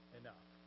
enough